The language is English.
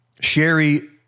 Sherry